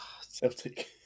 Celtic